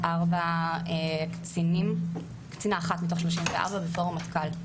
וקצינה אחת מתוך 34 בפורום מנכ"ל.